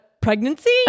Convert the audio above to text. pregnancy